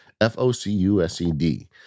F-O-C-U-S-E-D